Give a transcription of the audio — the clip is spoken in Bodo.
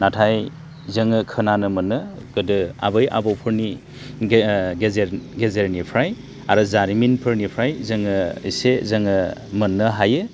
नाथाय जोङो खोनानो मोनो गोदो आबै आबौमोननि गेजेरनिफ्राय आरो जारिमिनफोरनिफ्राय जोङो एसे जोङो मोननो हायो